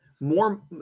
more